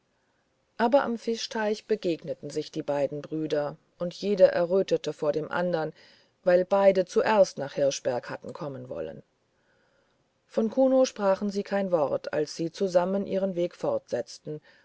aber am fischteich begegneten sich die beiden brüder und jeder errötete vor dem andern weil beide zuerst nach hirschberg hatten kommen wollen von kuno sprachen sie kein wort als sie zusammen ihren weg fortsetzten